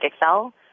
Excel